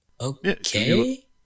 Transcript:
Okay